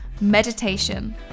meditation